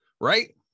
right